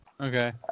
Okay